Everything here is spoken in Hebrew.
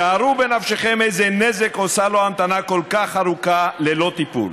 שערו בנפשכם איזה נזק עושה לו המתנה כל כך ארוכה ללא טיפול.